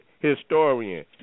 historian